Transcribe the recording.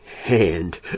hand